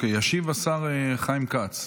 ישיב השר חיים כץ,